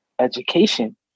Education